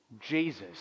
Jesus